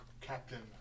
Captain